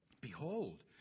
Behold